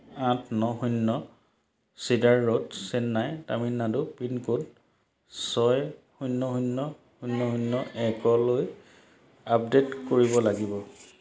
আঠ ন শূন্য চিডাৰ ৰোড চেন্নাই তামিলনাডু পিনক'ড ছয় শূন্য শূন্য শূন্য শূন্য একলৈ আপডেট কৰিব লাগিব